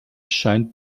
scheint